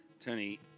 Tony